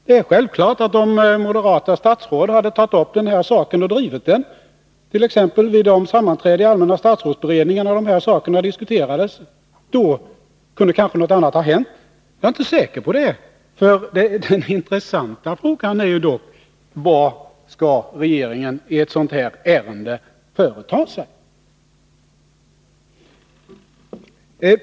Det är självklart att om moderata statsråd hade tagit upp den här saken och drivit den, t.ex. vid de sammanträden i allmänna statsrådsberedningen där dessa frågor diskuterades, då kunde kanske något annat ha hänt. Jag är inte säker på det. Den intressanta frågan är dock: Vad skall regeringen i ett sådant här ärende företa sig?